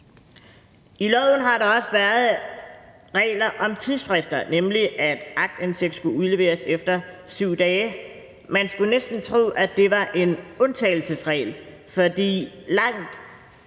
I loven har der også været regler om tidsfrister, nemlig at aktindsigt skulle udleveres efter 7 dage. Man skulle næsten tro, at det var en undtagelsesregel, for langt